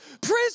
Prison